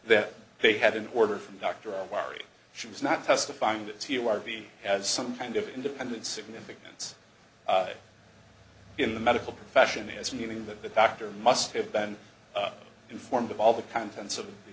that they had an order from doctor are worried she was not testifying that you are viewed as some kind of independent significance in the medical profession as anything that the doctor must have been informed of all the contents of the